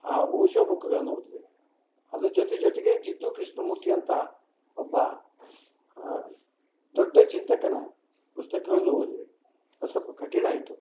ಆ ಓಶೋ ಬುಕ್ಗಳನ್ನು ಓದಿದೆ ಅದ್ರ ಜೊತೆ ಜೊತೆಗೇ ಜಿಡ್ಡು ಕೃಷ್ಣಮೂರ್ತಿ ಅಂತ ಒಬ್ಬ ದೊಡ್ಡ ಚಿಂತಕನ ಪುಸ್ತಕಗಳನ್ನು ಓದಿದೆ ಅದು ಸ್ವಲ್ಪ ಕಠಿಣ ಆಯಿತು